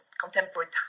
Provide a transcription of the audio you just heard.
contemporary